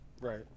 Right